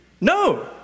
No